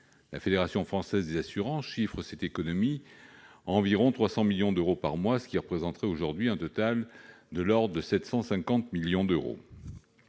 La Fédération française de l'assurance chiffre cette économie à environ 300 millions d'euros par mois, ce qui représenterait aujourd'hui un total de l'ordre de 750 millions d'euros.